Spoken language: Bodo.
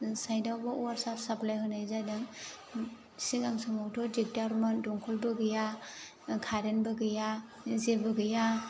साइडावबो वाटार साप्लाय होनाय जादों सिगां समावथ' दिगदारमोन दंखलबो गैया खारेनबो गैया जेबो गैया